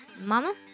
mama